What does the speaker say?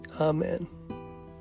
Amen